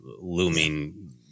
looming